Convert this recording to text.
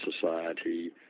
society